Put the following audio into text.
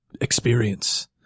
experience